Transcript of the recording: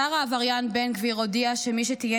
השר העבריין בן גביר הודיע שמי שתהיה